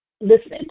Listen